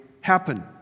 happen